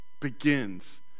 Begins